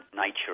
nature